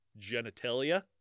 genitalia